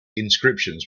inscriptions